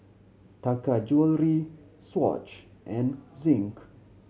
Taka Jewelry Swatch and Zinc